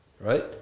right